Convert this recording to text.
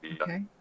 okay